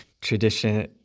tradition